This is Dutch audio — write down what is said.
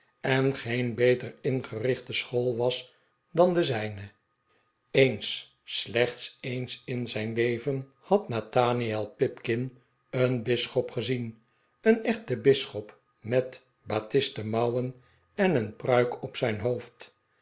en geen beter ingerichte school was dan de zijne eens slechts eens in zijn leven had nathaniel pipkin een bisschop gezien een echten bisschop met batisten mouwen en een pruik op het hoofd